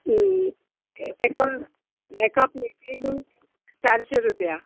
एका एका प्लेटी चारशे रुपया